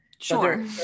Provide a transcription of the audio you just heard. sure